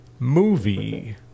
Movie